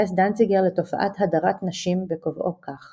התייחס דנציגר לתופעת "הדרת נשים" בקבעו כך